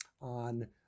on